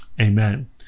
amen